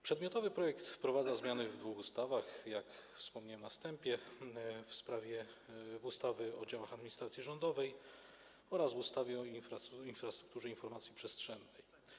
Przedmiotowy projekt wprowadza zmiany w dwóch ustawach, czyli - jak wspomniałem na wstępie - w ustawie o działach administracji rządowej oraz w ustawie o infrastrukturze informacji przestrzennej.